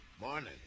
Morning